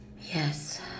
Yes